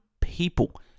people